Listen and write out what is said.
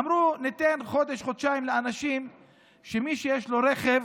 אמרו: ניתן חודש-חודשיים לאנשים שמי שיש לו רכב